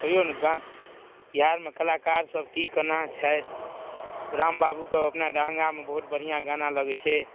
कहियौ ने गाम बिहारमे कलाकारसभ की केना छथि राम बाबूके अपना दरभंगामे बहुत बढ़िआँ गाना लगै छै